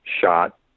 shot